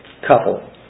couple